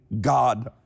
God